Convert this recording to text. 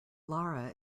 lara